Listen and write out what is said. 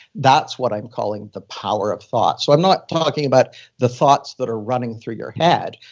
that's what i'm calling the power of thoughts. so i'm not talking about the thoughts that are running through your head.